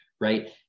right